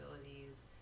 abilities